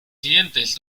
siguientes